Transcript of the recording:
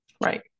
Right